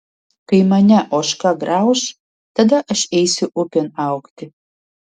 kai mane ožka grauš tada aš eisiu upėn augti